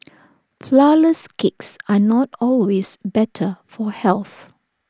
Flourless Cakes are not always better for health